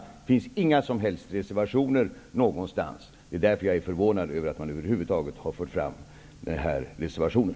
Det finns inte några som helst reservationer någonstans. Det är därför som jag är förvånad över att man över huvud taget har fört fram den här reservationen.